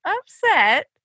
upset